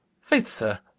faith, sir,